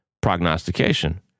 prognostication